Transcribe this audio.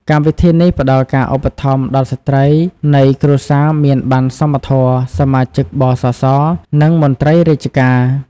កម្មវិធីនេះផ្តល់ការឧបត្ថម្ភដល់ស្ត្រីនៃគ្រួសារមានបណ្ណសមធម៌ សមាជិក ប.ស.ស. និងមន្ត្រីរាជការ។